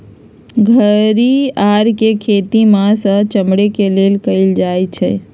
घरिआर के खेती मास आऽ चमड़े के लेल कएल जाइ छइ